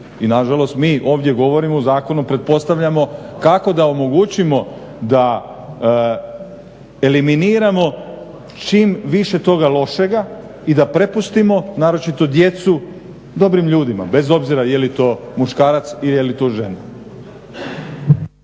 I nažalost mi ovdje govorimo u Zakonu pretpostavljamo kako da omogućimo da eliminiramo čim više toga lošega i da prepustimo naročito djecu dobrim ljudima, bez obzira je li to muškarac i je li to žena.